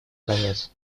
конец